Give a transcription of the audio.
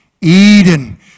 Eden